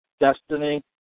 Destiny